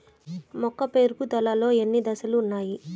మొక్క పెరుగుదలలో ఎన్ని దశలు వున్నాయి?